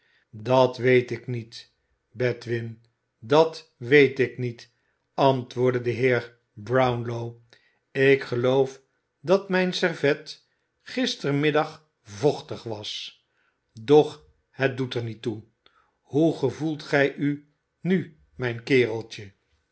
dat weet ik niet bedwin dat weet ik niet antwoordde de heer brownlow ik geloof dat mijn servet gistermiddag vochtig was doch het doet er niet toe hoe gevoelt gij u nu mijn kereltje